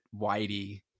Whitey